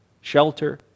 shelter